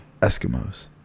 Eskimos